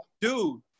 Dude